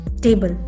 table